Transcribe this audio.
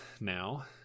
now